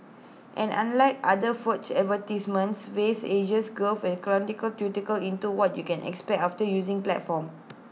and unlike other vague advertisements Faves Asia's gave A chronological into what you can expect after using platform